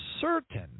certain